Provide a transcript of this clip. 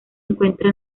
encuentra